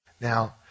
Now